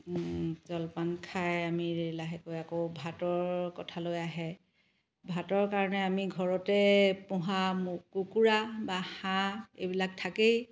জলপান খাই আমি লাহেকৈ আকৌ ভাতৰ কথালৈ আহে ভাতৰ কাৰণে আমি ঘৰতে পোহা মূ কুকুৰা বা হাঁহ এইবিলাক থাকেই